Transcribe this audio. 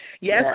Yes